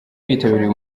bitabiriye